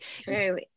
True